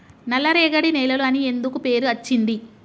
నల్లరేగడి నేలలు అని ఎందుకు పేరు అచ్చింది?